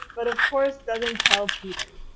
but of course doesn't tell peter.